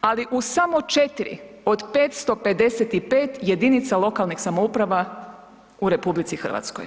ali u samo 4 od 555 jedinica lokalnih samouprava u RH.